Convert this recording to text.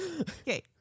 Okay